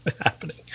happening